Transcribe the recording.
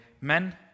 Men